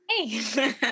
Hey